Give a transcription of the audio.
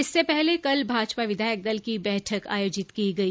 इससे पहले कल भाजपा विधायक दल की बैठक आयोजित की गई